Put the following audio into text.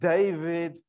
David